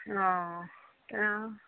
অ তা